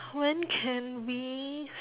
when can we